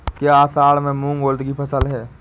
क्या असड़ में मूंग उर्द कि फसल है?